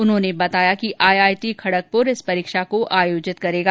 उन्होंने बतायाकि आईआईटी खडगपुर इस परीक्षा को आयोजित करेगा